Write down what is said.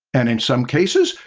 and in some cases,